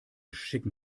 schicken